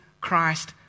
Christ